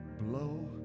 blow